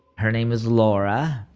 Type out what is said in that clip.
her name is laura,